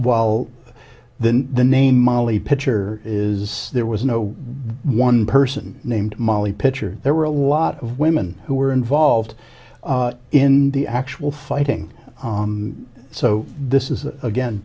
well then the name molly pitcher is there was no one person named molly pitcher there were a lot of women who were involved in the actual fighting so this is again